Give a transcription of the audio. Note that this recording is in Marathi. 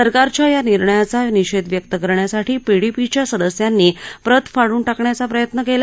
सरकारच्या या निर्णयाचा निषधव्यक्त करण्यासाठी पीडीपी च्या सदस्यांनी प्रत फाडून टाकण्याचा प्रयत्न कला